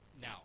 Now